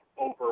over